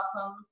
awesome